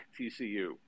TCU